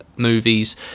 movies